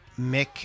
Mick